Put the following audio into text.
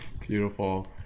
Beautiful